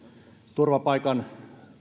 turvapaikanhaun